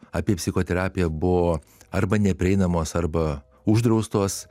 apie psichoterapiją buvo arba neprieinamos arba uždraustos